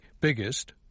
biggest